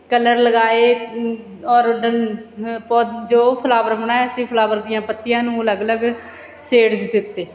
colour ਲਗਾਏ ਔਰ ਡਨ ਹ ਪੋ ਜੋ ਫਲਾਵਰ ਬਣਾਇਆ ਸੀ ਫਲਾਵਰ ਦੀਆਂ ਪੱਤੀਆਂ ਨੂੰ ਅਲੱਗ ਅਲੱਗ ਸ਼ੇਡਸ ਦਿੱਤੇ